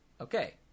Okay